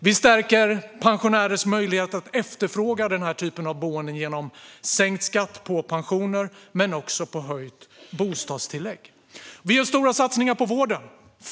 Vi stärker pensionärers möjlighet att efterfråga den typen av boende genom sänkt skatt på pensioner men också genom höjt bostadstillägg. Vi gör stora satsningar på vården.